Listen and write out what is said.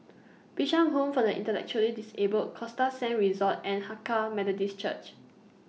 Bishan Home For The Intellectually Disabled Costa Sands Resort and Hakka Methodist Church